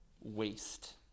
waste